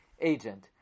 agent